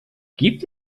gibt